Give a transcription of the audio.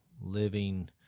living